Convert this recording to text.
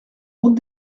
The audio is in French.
route